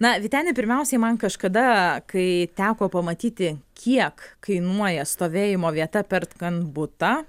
na vyteni pirmiausiai man kažkada kai teko pamatyti kiek kainuoja stovėjimo vieta perkant butą